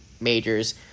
majors